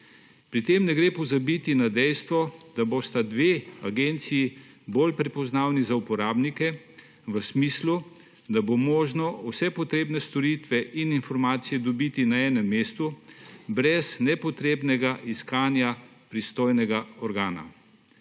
Pri tem ne gre pozabiti na dejstvo, da bosta dve agenciji bolj prepoznavni za uporabnike v smislu, da bo možno vse potrebne storitve in informacije dobiti na enem mestu brez nepotrebnega iskanja pristojnega organa.